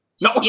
no